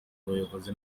abayobozi